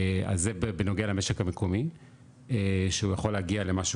זה בנוגע למשק המקומי שהוא יכול להגיע למשהו